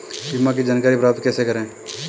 बीमा की जानकारी प्राप्त कैसे करें?